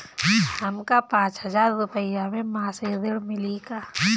हमका पांच हज़ार रूपया के मासिक ऋण मिली का?